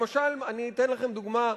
למשל, אני אתן לכם דוגמה,